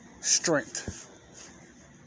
strength